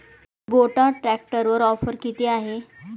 Kubota ट्रॅक्टरवर offer किती आहे?